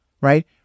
right